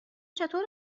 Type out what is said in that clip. چطور